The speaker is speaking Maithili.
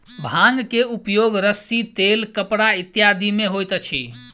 भांग के उपयोग रस्सी तेल कपड़ा इत्यादि में होइत अछि